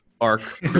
ARC